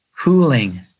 cooling